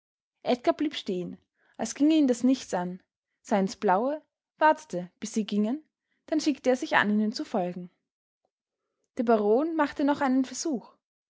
edgar blieb stehen als ginge ihn das nichts an sah ins blaue wartete bis sie gingen dann schickte er sich an ihnen zu folgen der baron machte noch einen versuch